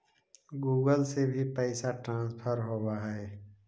Google से भी पैसा ट्रांसफर होवहै?